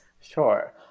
Sure